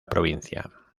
provincia